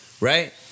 right